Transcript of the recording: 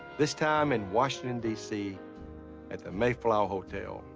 this time in washington dc at the mayflower hotel.